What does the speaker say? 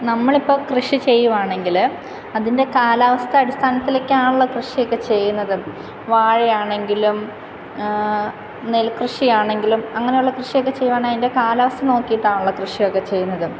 നമ്മൾ ഇപ്പോൾ കൃഷി ചെയ്യുകയാണെങ്കിൽ അതിൻ്റെ കാലാവസ്ഥ അടിസ്ഥാനത്തിലൊക്കെ ആണല്ലോ കൃഷിയൊക്കെ ചെയ്യുന്നത് വാഴയാണെങ്കിലും നെല്ല് കൃഷി ആണെങ്കിലും അങ്ങനെയുള്ള കൃഷിയൊക്കെ ചെയ്യുകയാണേൽ അതിൻ്റെ കാലാവസ്ഥയ്ക്ക് നോക്കിയിട്ട് ആണല്ലോ കൃഷി ചെയ്യുന്നത്